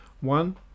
One